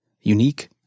unique